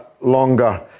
longer